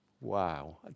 Wow